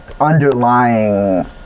Underlying